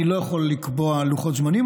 אני לא יכול לקבוע לוחות זמנים,